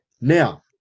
Now